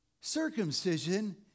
circumcision